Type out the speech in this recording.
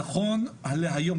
נכון להיום,